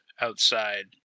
outside